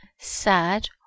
sad